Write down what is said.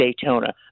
Daytona